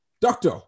Doctor